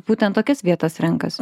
būtent tokias vietas renkas